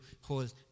hold